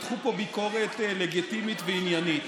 מתחו פה ביקורת לגיטימית ועניינית.